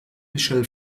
michelle